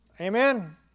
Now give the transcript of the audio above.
Amen